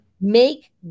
Make